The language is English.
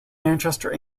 manchester